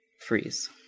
freeze